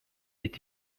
est